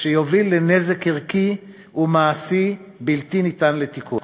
שיוביל לנזק ערכי ומעשי שאינו ניתן לתיקון.